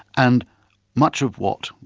and much of what,